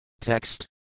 Text